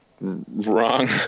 wrong